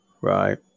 right